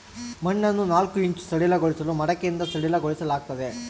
ಮಣ್ಣನ್ನು ನಾಲ್ಕು ಇಂಚು ಸಡಿಲಗೊಳಿಸಲು ಮಡಿಕೆಯಿಂದ ಸಡಿಲಗೊಳಿಸಲಾಗ್ತದೆ